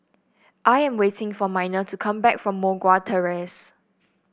I am waiting for Miner to come back from Moh Guan Terrace